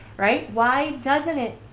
right? why doesn't it,